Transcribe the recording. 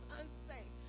unsafe